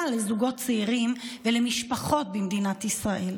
לזוגות צעירים ולמשפחות במדינת ישראל.